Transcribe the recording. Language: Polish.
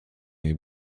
jej